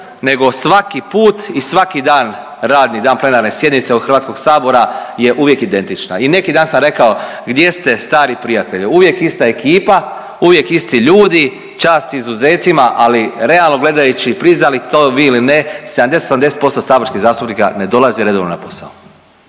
nego svaki put i svaki dan radni dan plenarne sjednice u HS-a je uvijek identična. I neki dan sam rekao gdje ste stari prijatelju, uvijek ista ekipa, uvijek isti ljudi, čast izuzecima, ali realno gledajući, priznali vi to ili ne 70, 80% saborskih zastupnika ne dolazi redovno na posao.